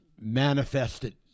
manifested